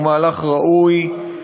הוא מהלך ראוי.